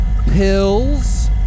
pills